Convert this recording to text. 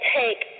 take